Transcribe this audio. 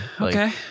Okay